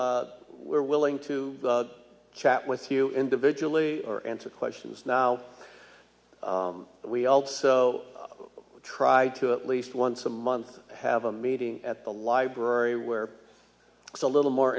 we're willing to chat with you individually or answer questions now but we also try to at least once a month have a meeting at the library where it's a little more